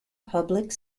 public